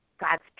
God's